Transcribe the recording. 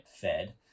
fed